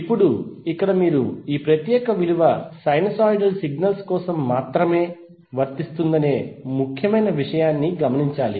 ఇప్పుడు ఇక్కడ మీరు ఈ ప్రత్యేక విలువ సైనూసోయిడల్ సిగ్నల్స్ కోసం మాత్రమే వర్తిస్తుందనే ముఖ్యమైన విషయాన్ని గమనించాలి